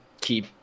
keep